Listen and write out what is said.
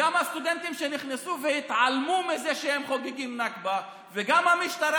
וגם הסטודנטים שנכנסו והתעלמו מזה שהם חוגגים נכבה וגם המשטרה,